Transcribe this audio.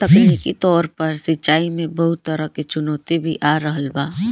तकनीकी तौर पर सिंचाई में बहुत तरह के चुनौती भी आ रहल बा